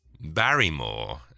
barrymore